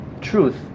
truth